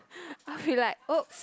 I'll be like !oops!